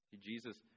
Jesus